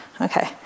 okay